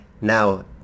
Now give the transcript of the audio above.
now